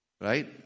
right